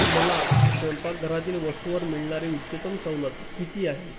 मला स्वयंपाकघरातील वस्तूवर मिळणारी उच्चतम सवलत किती आहे